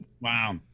Wow